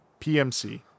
PMC